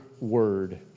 word